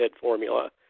formula